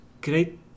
great